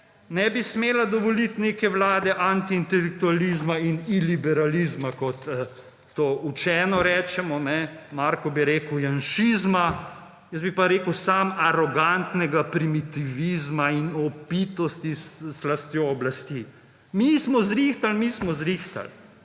ne bi smela dovolit neke vlade antiintelektualizma in iliberalizma, kot to učeno rečemo. Marko bi rekel, Janšizma, jaz bi pa rekel samo arogantnega primitivizma in opitosti s slastjo oblasti − mi smo zrihtali, mi smo zrihtali.